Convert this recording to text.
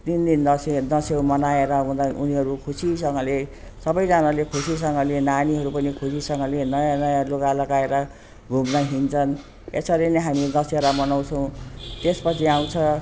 तिन दिन दसैँ दसैँ मनाएर उता उनीहरू खुसीसँगले सबजनाले खुसीसँगले नानीहरू पनि खुसीसँगले नयाँ नयाँ लुगा लगाएर घुम्न हिँड्छन् यसरी नै हामी दसहरा मनाउँछौँ त्यस पछि आउँछ